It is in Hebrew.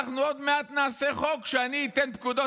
אנחנו עוד מעט נעשה חוק שאני אתן פקודות.